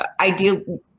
ideal